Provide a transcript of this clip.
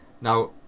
Now